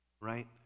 Right